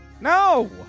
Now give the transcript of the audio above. No